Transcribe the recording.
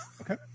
Okay